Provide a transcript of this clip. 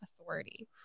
authority